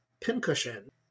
Pincushion